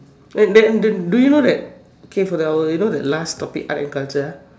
that that that do you know that okay for the last topic art and culture